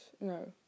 no